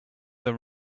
them